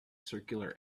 circular